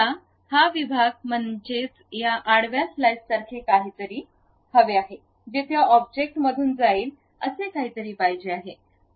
मला हा विभाग मध्ये त्या आडव्या स्लाइससारखे काहीतरी जे त्या ऑब्जेक्ट मधून जाईल असे काहीतरी पाहिजे आहे